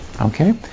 Okay